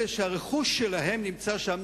רוב רובם של אלה שהרכוש שלהם נמצא שם,